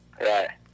Right